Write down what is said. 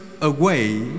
away